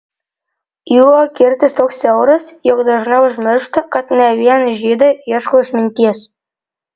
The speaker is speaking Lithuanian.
jų akiratis toks siauras jog dažnai užmiršta kad ne vien žydai ieško išminties